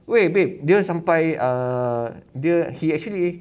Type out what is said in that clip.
wei babe dia sampai err dia he actually